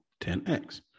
10X